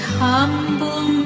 humble